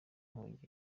nkongi